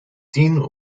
tien